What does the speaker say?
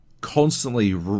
constantly